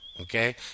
Okay